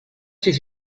ses